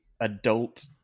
adult